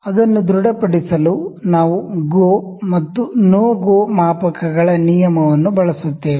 ಅದನ್ನು ದೃಢಪಡಿಸಲು ನಾವು ಗೋ ಮತ್ತು ನೋ ಗೋ ಮಾಪಕಗಳ ನಿಯಮವನ್ನು ಬಳಸುತ್ತೇವೆ